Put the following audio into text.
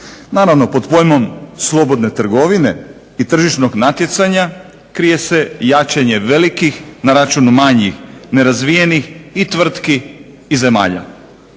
Naravno pod pojmom slobodne trgovine i tržišnog natjecanja krije se jačanje velikih na račun manjih, nerazvijenih i tvrtki i zemalja.